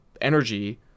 energy